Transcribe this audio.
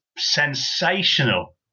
sensational